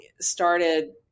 started